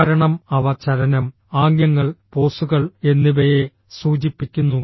കാരണം അവ ചലനം ആംഗ്യങ്ങൾ പോസുകൾ എന്നിവയെ സൂചിപ്പിക്കുന്നു